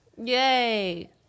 Yay